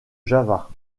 java